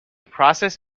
process